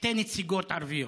שתי נציגות ערביות,